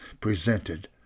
presented